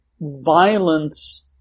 violence